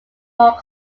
more